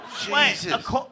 Jesus